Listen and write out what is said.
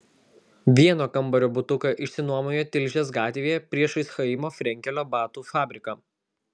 vieno kambario butuką išsinuomojo tilžės gatvėje priešais chaimo frenkelio batų fabriką